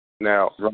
Now